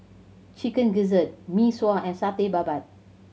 Chicken Gizzard Mee Sua and Satay Babat